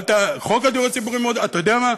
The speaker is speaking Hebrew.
חוק הדיור הציבורי מאוד, אתה יודע מה?